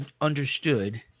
understood